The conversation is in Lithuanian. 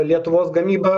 lietuvos gamyba